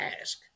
ask